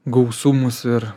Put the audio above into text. gausumus ir